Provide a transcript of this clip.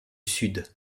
sud